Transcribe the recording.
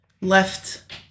Left